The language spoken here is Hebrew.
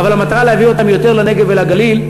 אבל המטרה להביא אותם יותר לנגב ולגליל,